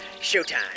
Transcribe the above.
showtime